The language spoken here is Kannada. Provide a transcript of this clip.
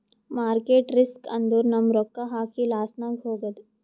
ಮಾರ್ಕೆಟ್ ರಿಸ್ಕ್ ಅಂದುರ್ ನಮ್ ರೊಕ್ಕಾ ಹಾಕಿ ಲಾಸ್ನಾಗ್ ಹೋಗದ್